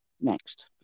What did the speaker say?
next